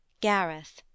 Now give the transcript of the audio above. Gareth